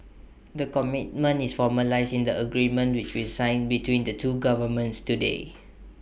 the commitment is formalised in the agreement which we signed between the two governments today